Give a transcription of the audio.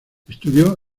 estudio